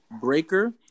Breaker